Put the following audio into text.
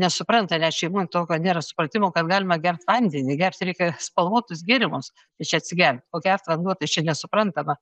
nesupranta net šeimoj to kad nėra supratimo kad galima gert vandenį gerti reikia spalvotus gėrimus tai čia atsigert o gert vanduo tai čia nesuprantama